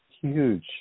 Huge